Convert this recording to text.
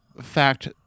fact